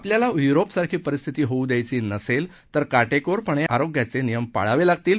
आपल्याला युरोपसारखी परिस्थिती होऊ द्यायची नसेल तर काटेकोरपणे आरोग्याचे नियम पाळावे लागतील